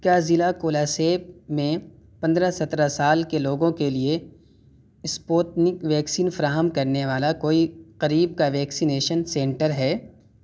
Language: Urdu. کیا ضلع کولسیب میں پندرہ سترہ سال کے لوگوں کے لیے سپوتنک ویکسین فراہم کرنے والا کوئی قریب کا ویکسینیشن سنٹر ہے